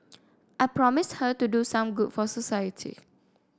I promised her to do some good for society